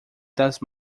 das